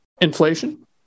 inflation